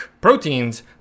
proteins